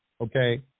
okay